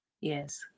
Yes